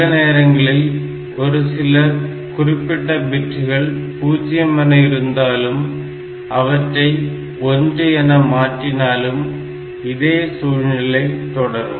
சில நேரங்களில் ஒரு சில குறிப்பிட்ட பிட்டுகள் 0 என இருந்தாலும் அவற்றை 1 என மாற்றினாலும் இதே சூழ்நிலை தொடரும்